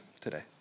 today